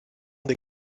des